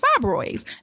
fibroids